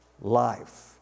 life